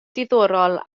diddorol